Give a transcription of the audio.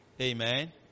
amen